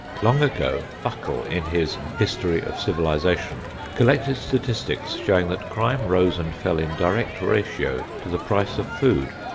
long ago, buckle, in his history of civilization, collected statistics showing that crime rose and fell in direct ratio to the price of food.